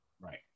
Right